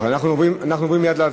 אנחנו עוברים להצבעה